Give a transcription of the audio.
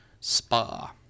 spa